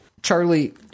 Charlie